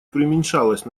приуменьшалась